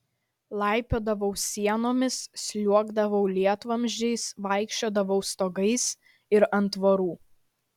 laipiodavau sienomis sliuogdavau lietvamzdžiais vaikščiodavau stogais ir ant tvorų